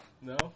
No